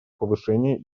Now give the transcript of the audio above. повышение